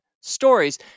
stories